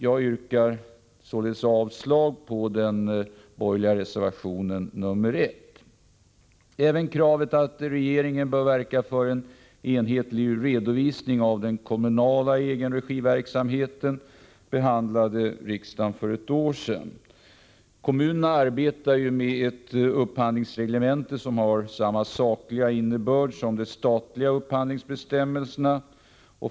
Jag yrkar således avslag på den borgerliga reservationen 1. Även kravet att regeringen bör verka för en enhetlig redovisning av den kommunala egenregiverksamheten behandlade riksdagen för ett år sedan. Kommunerna arbetar ju med ett upphandlingsreglemente, som har samma sakliga innebörd som de statliga upphandlingsbestämmelserna.